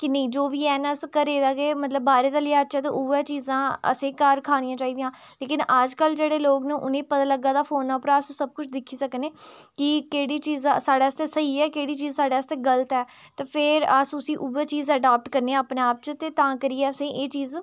कि नेईं जो बी हैन अस घरै दा गै मतलब बाह्रै दा लैआचै ते उ'ऐ चीज़ां असें घर खानियां चाहि्दियां लेकिन अज्जकल जेह्ड़े लोक ना उ'नें ई पता लग्गा दा फोना उप्परा सब कुछ दिक्खी सकने कि केह्ड़ी चीज़ साढ़े आस्तै स्हेई ऐ केह्ड़ी चीज़ साढ़े आस्तै गलत ऐ ते फिर अस उसी उ'ऐ चीज़ अडॉप्ट करने आं अपने आप च ते तां करियै असें ई एह् चीज़